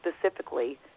specifically